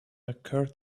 occurred